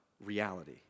reality